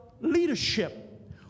leadership